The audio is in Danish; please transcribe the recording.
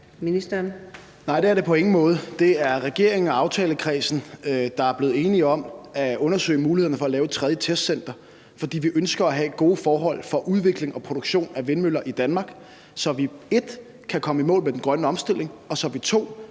Nej, det er det på ingen måde. Det er regeringen og aftalekredsen, der er blevet enige om at undersøge mulighederne for at lave et tredje testcenter, fordi vi ønsker at have gode forhold for udvikling og produktion af vindmøller i Danmark, så vi 1) kan komme i mål med den grønne omstilling i Danmark,